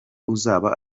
uzaba